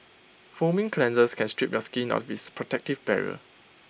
foaming cleansers can strip your skin of its protective barrier